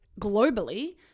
globally